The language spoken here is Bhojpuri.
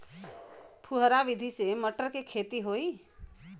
फुहरा विधि से मटर के खेती होई